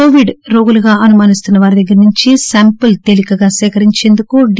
Covid రోగులుగా అనుమానిస్తున్న వారి దగ్గరినుంచి శాంపిల్ తేలికగా సేకరించేందుకు డి